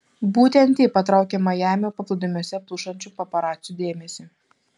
būtent ji patraukė majamio paplūdimiuose plušančių paparacių dėmesį